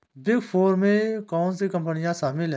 Big four में कौन सी कंपनियाँ शामिल हैं?